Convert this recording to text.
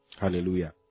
hallelujah